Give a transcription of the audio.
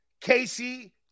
Casey